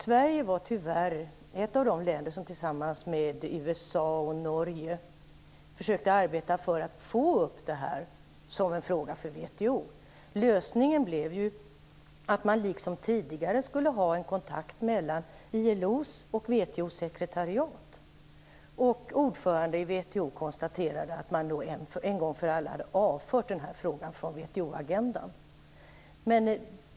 Sverige var tyvärr, tillsammans med USA och Norge, ett av de länder som försökte arbeta för att få det här till en fråga för WTO. Lösningen blev ju att man liksom tidigare skulle ha en kontakt mellan ILO:s och WTO:s sekretariat, och ordföranden i WTO konstaterade att man då en gång för alla hade avfört frågan från WTO-agendan.